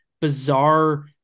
bizarre